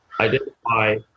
identify